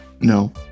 No